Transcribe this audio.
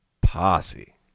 Posse